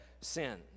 Sin